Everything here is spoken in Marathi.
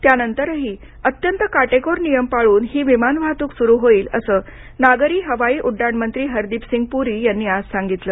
त्यानंतरही अत्यंत काटेकोर नियम पाळून ही विमान वाहतूक सुरू होईल असं नागरी हवाई उड्डाण मंत्री हरदीप सिंग पुरी यांनी आज सांगितलं